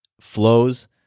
flows